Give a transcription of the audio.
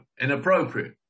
inappropriate